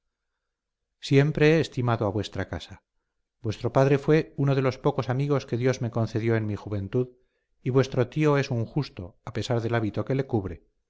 siempre he estimado a vuestra casa vuestro padre fue uno de los pocos amigos que dios me concedió en mi juventud y vuestro tío es un justo a pesar del hábito que le cubre